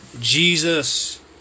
Jesus